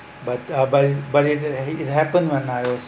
but uh but it but it it it happen when I was